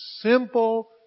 simple